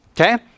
Okay